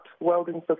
welding